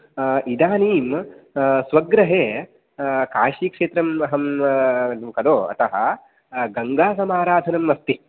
इदानीं स्वगृहे काशीक्षेत्रम् अहं अगमं खलु अतः गङ्गासमारधनम् अस्ति